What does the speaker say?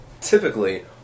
typically